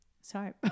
Sorry